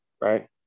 Right